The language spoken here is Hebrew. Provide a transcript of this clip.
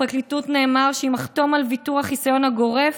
בפרקליטות נאמר לי שאם אחתום על ויתור החיסיון הגורף,